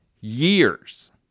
years